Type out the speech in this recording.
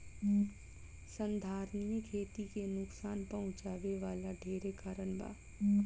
संधारनीय खेती के नुकसान पहुँचावे वाला ढेरे कारण बा